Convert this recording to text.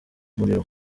umuriro